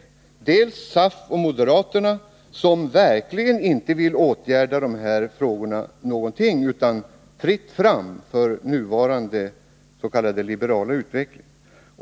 Å ena sidan var det SAF och moderaterna, som verkligen inte vill vidta åtgärder över huvud taget på det här området, utan som tycker att det skall vara fritt fram för den nuvarande s.k. liberala utvecklingen.